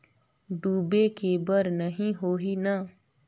डूबे के बर नहीं होही न?